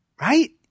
Right